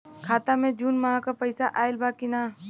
खाता मे जून माह क पैसा आईल बा की ना?